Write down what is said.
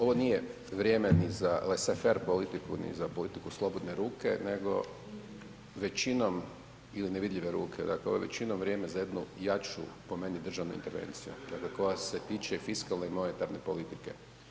Ovo nije vrijeme ni za laisse-faire politiku, ni za politiku slobodne ruke nego većinom ili nevidljive ruke, dakle ovo je većinom vrijeme za jednu jaču po meni državnu intervenciju dakle koja se tiče fiskalne monetarne politike.